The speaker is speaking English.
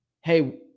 hey